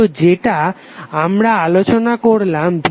তো যেটা আমরা আলোচনা করলাম vsisR